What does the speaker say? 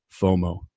FOMO